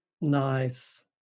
Nice